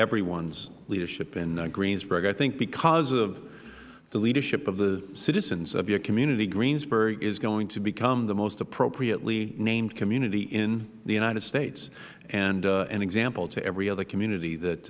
everyone's leadership in greensburg i think because of the leadership of the citizens of your community greensburg is going to become the most appropriately named community in the united states and an example to every other community that